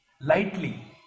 Lightly